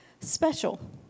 special